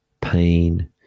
pain